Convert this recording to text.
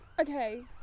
Okay